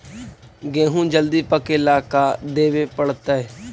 गेहूं जल्दी पके ल का देबे पड़तै?